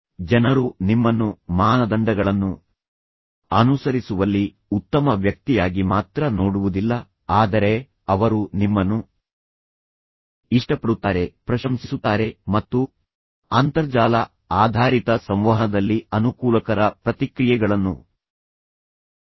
ಜನರು ನಿಮ್ಮನ್ನು ಮಾನದಂಡಗಳನ್ನು ಅನುಸರಿಸುವಲ್ಲಿ ಉತ್ತಮ ವ್ಯಕ್ತಿಯಾಗಿ ಮಾತ್ರ ನೋಡುವುದಿಲ್ಲ ಆದರೆ ಅವರು ನಿಮ್ಮನ್ನು ಇಷ್ಟಪಡುತ್ತಾರೆ ಪ್ರಶಂಸಿಸುತ್ತಾರೆ ಮತ್ತು ಅಂತರ್ಜಾಲ ಆಧಾರಿತ ಸಂವಹನದಲ್ಲಿ ಅನುಕೂಲಕರ ಪ್ರತಿಕ್ರಿಯೆಗಳನ್ನು ಪಡೆಯುತ್ತಾರೆ